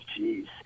Jeez